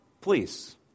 Please